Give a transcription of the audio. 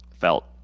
felt